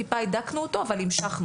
טיפה הידקנו אותו אבל המשכנו,